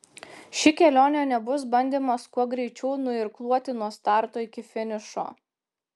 ši kelionė nebus bandymas kuo greičiau nuirkluoti nuo starto iki finišo